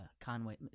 Conway